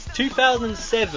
2007